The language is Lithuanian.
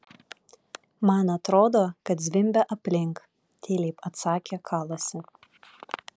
man atrodo kad zvimbia aplink tyliai atsakė kalasi